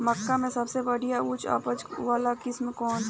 मक्का में सबसे बढ़िया उच्च उपज वाला किस्म कौन ह?